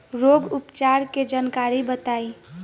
रोग उपचार के जानकारी बताई?